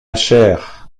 chère